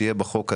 שיהיה בחוק הזה,